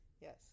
Yes